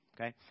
okay